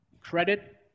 credit